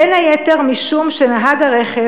בין היתר משום שנהג הרכב,